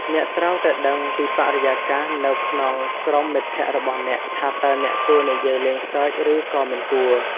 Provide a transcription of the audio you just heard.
អ្នកត្រូវតែដឹងពីបរិយាកាសនៅក្នុងក្រុមមិត្តភក្តិរបស់អ្នកថាតើអ្នកគួរនិយាយលេងសើចឬក៏មិនគួរ។